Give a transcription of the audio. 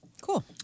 Cool